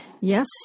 Yes